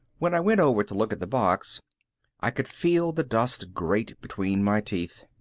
when i went over to look at the box i could feel the dust grate between my teeth.